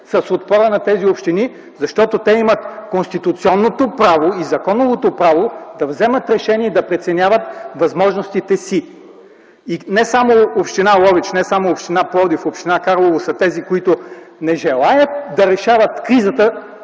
с отпора на тези общини, защото те имат конституционното, законовото право да вземат решения и да преценяват възможностите си. Не само община Ловеч, не само община Пловдив и община Карлово са тези, които не желаят да решават кризата,